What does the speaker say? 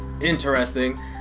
interesting